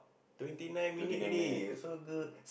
twenty nine minute already so the